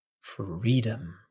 freedom